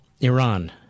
Iran